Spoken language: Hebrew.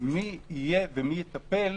מי יהיה או מי יטפל